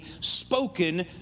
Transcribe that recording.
spoken